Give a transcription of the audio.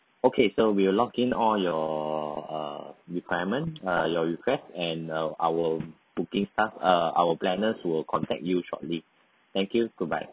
okay so we will lock in all your uh requirement uh your request and uh our booking staff uh our planners will contact you shortly thank you goodbye